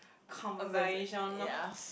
conversation